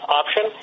option